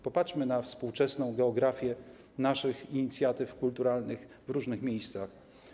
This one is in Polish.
Popatrzmy na współczesną geografię naszych inicjatyw kulturalnych w różnych miejscach.